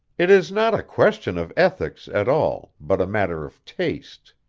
it is not a question of ethics at all, but a matter of taste.